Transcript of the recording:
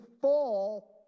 fall